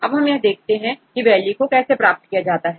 अब हम देखते हैं कि वैल्यू को कैसे प्राप्त किया जाता है